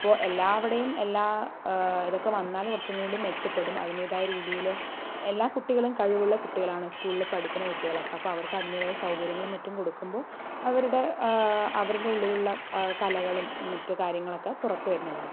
അപ്പോൾ എല്ലാവിടെയും എല്ലാ ഇതൊക്കെ വന്നാൽ കുറച്ചും കൂടി മെച്ചപ്പെടും അതിൻറ്റേതായ രീതിയിൽ എല്ലാ കുട്ടികളും കഴിവുള്ള കുട്ടികളാണ് സ്കൂളിൽ പഠിക്കുന്ന കുട്ടികളൊക്കെ അപ്പോൾ അവർക്ക് അതിൻറ്റേതായ സൗകര്യങ്ങളും മറ്റും കൊടുക്കുമ്പോൾ അവരുടെ അവരുടെ ഉള്ളിലുള്ള കലകളും മറ്റ് കാര്യങ്ങളൊക്കെ പുറത്ത് വരുന്നതാണ്